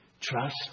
trust